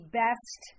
best